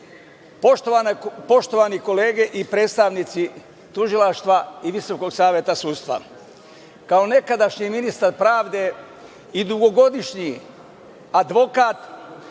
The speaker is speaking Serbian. poštovane kolege i predstavnici tužilaštva i Visokog saveta sudstva, kao nekadašnji ministar pravde i dugogodišnji advokat